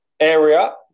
area